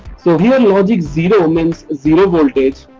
so here logic zero means zero voltage